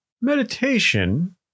Meditation